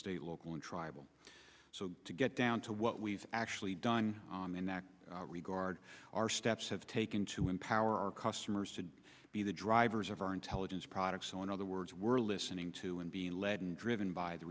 state local and tribal so to get down to what we've actually done in that regard our steps have taken to empower our customers to be the drivers of our intelligence products so in other words we're listening to and being led and driven by the